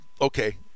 okay